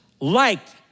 liked